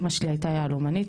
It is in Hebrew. אמא שלי הייתה יהלומנית,